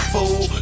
Fool